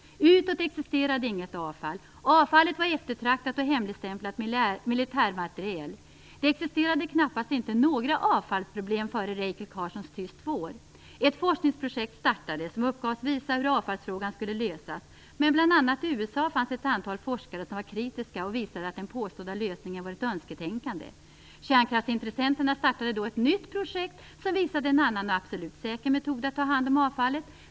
Utåt sett existerade inget avfall. Avfallet var eftertraktat och hemligstämplat militärmateriel. Det existerade knappast några avfallsproblem före Rachel Carsons Tyst vår. Ett forskningsprojekt startades som uppgavs visa hur avfallsfrågan skulle lösas, men bl.a. i USA fanns ett antal forskare som var kritiska, och visade att den påstådda lösningen var ett önsketänkande. Kärnkraftsintressenterna startade då ett nytt projekt som visade en annan, och absolut säker, metod att ta hand om avfallet.